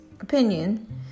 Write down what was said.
opinion